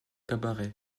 cabaret